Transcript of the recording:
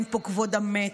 אין פה כבוד המת,